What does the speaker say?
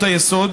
היסוד